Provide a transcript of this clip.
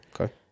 okay